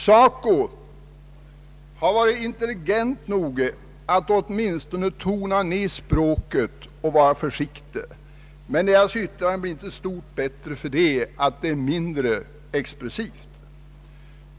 SACO har varit intelligent nog att åtminstone tona ned språket och vara försiktigt, men dess yttrande är inte stort bättre därför att det är mindre expressivt.